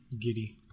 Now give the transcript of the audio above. Giddy